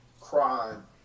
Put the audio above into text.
crime